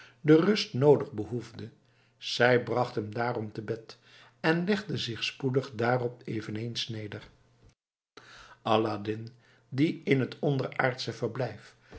de rust noodig behoefde zij bracht hem daarom te bed en legde zich spoedig daarop eveneens neder aladdin die in het onderaardsch verblijf